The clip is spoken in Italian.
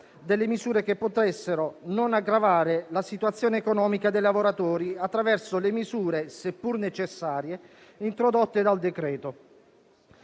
iniziative che potessero non aggravare la situazione economica dei lavoratori attraverso le misure, seppur necessarie, introdotte dal decreto-legge.